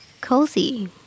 Cozy